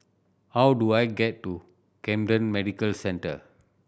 how do I get to Camden Medical Centre